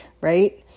right